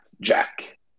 Jack